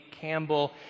Campbell